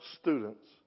students